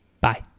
Bye